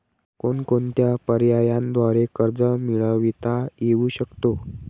कोणकोणत्या पर्यायांद्वारे कर्ज मिळविता येऊ शकते?